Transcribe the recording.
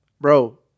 bro